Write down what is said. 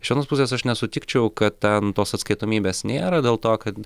iš vienos pusės aš nesutikčiau kad ten tos atskaitomybės nėra dėl to kad